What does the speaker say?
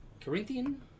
Corinthian